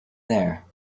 there